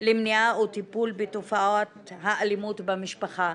למניעה וטיפול בתופעת האלימות במשפחה.